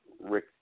Rick